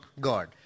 God